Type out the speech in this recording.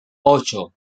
ocho